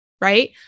right